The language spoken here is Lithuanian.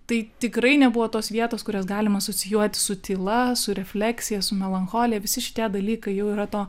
tai tikrai nebuvo tos vietos kurias galima asocijuoti su tyla su refleksija su melancholija visi šitie dalykai jau yra to